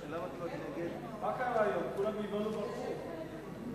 (ביטול חובת הפרסום ברשומות),